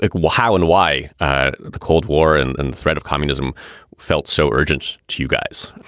like well, how and why the cold war and and threat of communism felt so urgent to you guys.